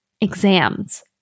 exams